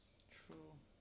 true